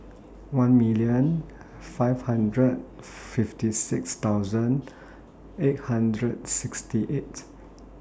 one million five hundred fifty six thousand eight hundred sixty eight